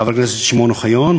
חבר הכנסת שמעון אוחיון,